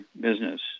business